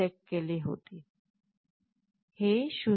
9 वर सेट केले होते